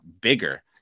bigger